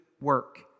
work